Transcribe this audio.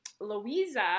Louisa